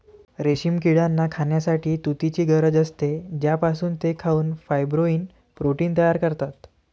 रेशीम किड्यांना खाण्यासाठी तुतीची गरज असते, ज्यापासून ते खाऊन फायब्रोइन प्रोटीन तयार करतात